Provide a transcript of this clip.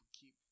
keep